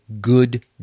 good